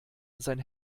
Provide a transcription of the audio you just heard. sein